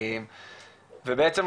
בעצם,